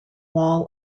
wall